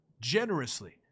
generously